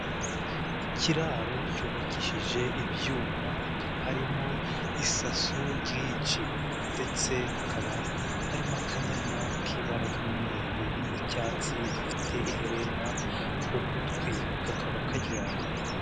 Ikiraro cyubakishije ibyuma, hakaba harimo isaso ryinshi ndetse hakaba harimo akanyana k'ibara ry'umweru n'icyatsi gafite ihena ku gutwi, kakaba karyamye.